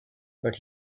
but